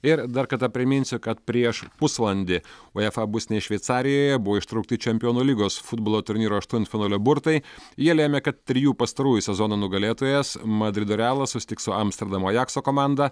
ir dar kartą priminsiu kad prieš pusvalandį uefa būstinėj šveicarijoje buvo ištraukti čempionų lygos futbolo turnyro aštuntfinalio burtai jie lėmė kad trijų pastarųjų sezonų nugalėtojas madrido realas susitiks su amsterdamo ajakso komanda